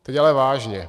Teď ale vážně.